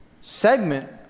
segment